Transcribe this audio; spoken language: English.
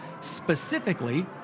Specifically